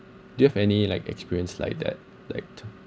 do you have any like experience like that like